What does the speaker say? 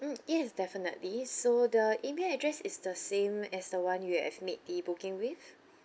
mm yes definitely so the email address is the same as the one you have made the booking with